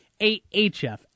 AHF